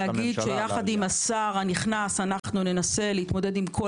אנחנו ננסה יחד עם השר הנכנס להתמודד עם כל